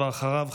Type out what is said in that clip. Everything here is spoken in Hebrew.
ואחריו,